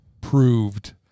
proved